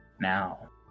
Now